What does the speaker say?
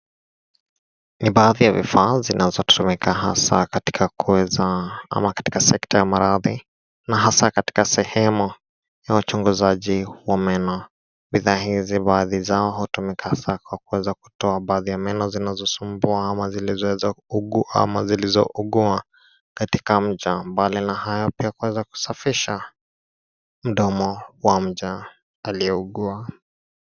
Ni baadhi ya vifaa zinazotumika hasa katika kuweza ama katika sekta ya maradhi, na hasa katika sehemu ya uchunguzaji wa meno. Bidhaa hizi baadhi zao hutumika hasa kwa kuweza kutoa baadhi ya meno zinazomsumbua ama zinazougua katika mtu. Mbali na hayo, pia kuweza kusafisha mdomo wa mja aliyeugua.